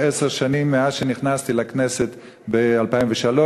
ועשר שנים מאז שנכנסתי לכנסת ב-2003,